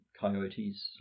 coyotes